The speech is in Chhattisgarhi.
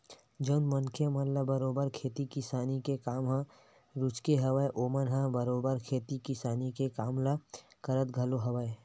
जउन मनखे मन ल बरोबर खेती किसानी के काम ह रुचगे हवय ओमन ह बरोबर खेती किसानी के काम ल करत घलो हवय